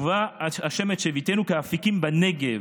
"שובה ה' את שבותנו כאפיקים בנגב".